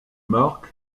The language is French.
mark